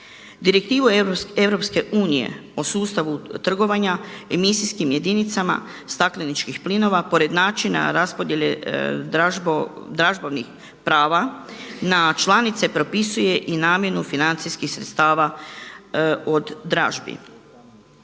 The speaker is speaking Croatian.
Direktiva EU o sustavu trgovanja, emisijskim jedinicama stakleničkih plinova pored načina raspodjele dražbovnih prava na članice propisuje i namjenu financijskih sredstava od dražbi.